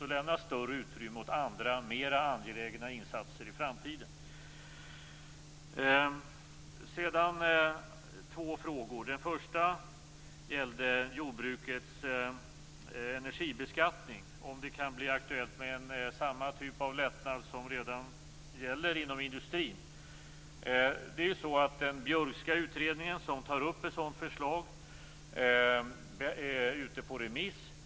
Det lämnar större utrymme åt andra mer angelägna insatser i framtiden. Jag skall svara på två frågor. Den första gällde jordbrukets energibeskattning och om det kan bli aktuellt med samma typ av lättnad som redan gäller inom industrin. Den Björkska utredningen, som tar upp ett sådant förslag, är ute på remiss.